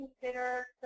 consider